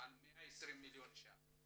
על 120 מיליון ₪.